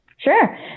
Sure